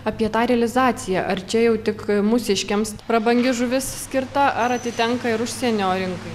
apie tą realizaciją ar čia jau tik mūsiškiams prabangi žuvis skirta ar atitenka ir užsienio rinkai